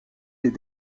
des